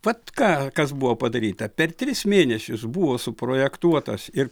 vat ką kas buvo padaryta per tris mėnesius buvo suprojektuotas ir